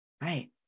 Right